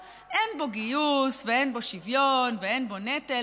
אין בו גיוס, ואין בו שוויון, ואין בו נטל.